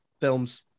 films